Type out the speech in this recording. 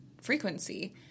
frequency